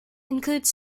include